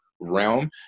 Realm